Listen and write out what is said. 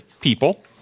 people